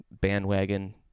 bandwagon